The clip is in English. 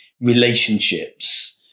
relationships